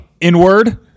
inward